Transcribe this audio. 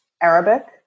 Arabic